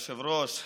היושב-ראש,